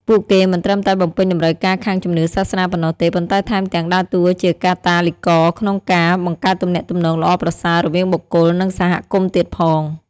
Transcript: ពួកគេមិនត្រឹមតែបំពេញតម្រូវការខាងជំនឿសាសនាប៉ុណ្ណោះទេ ប៉ុន្តែថែមទាំងដើរតួជាកាតាលីករក្នុងការ បង្កើតទំនាក់ទំនងល្អប្រសើរ រវាងបុគ្គល និងសហគមន៍ទៀតផង។